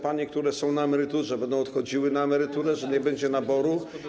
Panie są na emeryturze, będą odchodziły na emeryturę i nie będzie naboru.